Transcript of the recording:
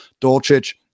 Dolchich